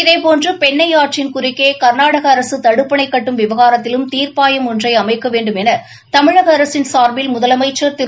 இதேபோன்று பெண்ணை ஆற்றின் குறுக்கே கர்நாடக அரசு தடுப்பணை கட்டும் விவகாரத்திலும் தீர்ப்பாயம் ஒன்றை அமைக்க வேண்டும் என தமிழக அரசின் சார்பில் முதலமைச்சர் திரு